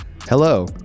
hello